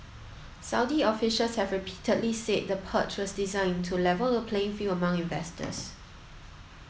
Saudi officials have repeatedly said the purge was designed to level the playing field among investors